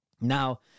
Now